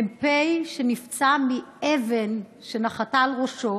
מ"פ שנפצע מאבן שנחתה על ראשו.